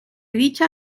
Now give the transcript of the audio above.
dicha